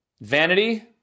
vanity